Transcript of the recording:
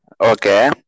Okay